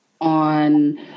on